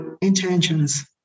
intentions